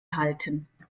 halten